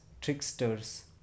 tricksters